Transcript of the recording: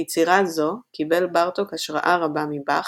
ביצירה זו קיבל בארטוק השראה רבה מבאך,